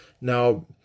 Now